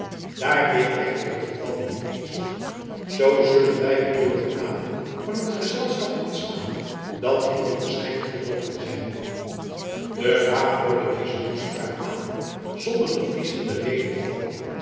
daar dit echter het geval niet is zoo zullen wij uwe genade van een gezelschap ontslaan dat hinderlijk schijnt geworden te zijn de graaf hoorde deze toespraak aan zonder den fries in de rede te vallen